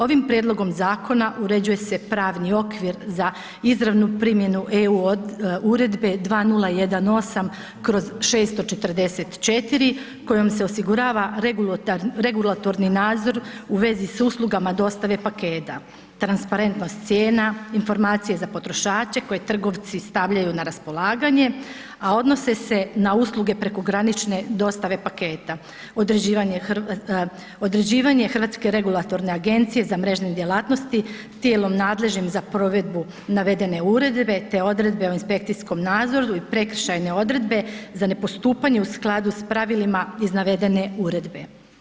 Ovim prijedlogom zakona uređuje se pravi okvir za izravnu primjenu EU uredbe 2018/644 kojom se osigurava regulatorni nadzor u svezi s uslugama dostave paketa, transparentnost cijena, informacije za potrošače koje trgovci stavljaju na raspolaganje, a odnose se na usluge prekogranične dostave paketa, određivanje Hrvatske regulatorne agencije za mrežne djelatnosti tijelom nadležnim za provedbu navedene uredbe, te odredbe o inspekcijskom nadzoru i prekršajne odredbe za ne postupanje u skladu s pravilima iz navedene uredbe.